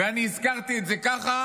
ואני הזכרתי את זה ככה,